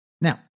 Now